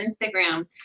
Instagram